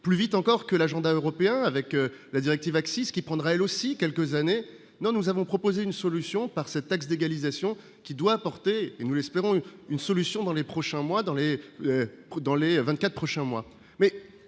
plus vite encore que l'agent d'un Européen, avec la directive accises qui prendra elle aussi quelques années non, nous avons proposé une solution par cette taxe d'égalisation qui doit porter et nous espérons une solution dans les prochains mois dans les, dans les 24 prochains mois,